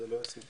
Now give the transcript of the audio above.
זה לא ישים.